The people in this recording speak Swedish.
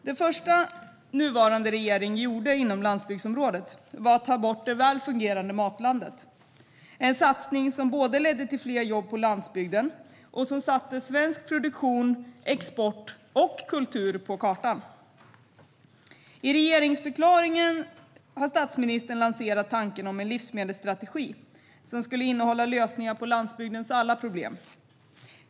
Det första den nuvarande regeringen gjorde inom landsbygdsområdet var att ta bort det väl fungerande Matlandet, en satsning som både ledde till fler jobb på landsbygden och satte svensk produktion, export och kultur på kartan. I regeringsförklaringen har statsministern lanserat tanken om en livsmedelsstrategi som skulle innehålla lösningar på landsbygdens alla problem.